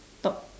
top